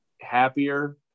happier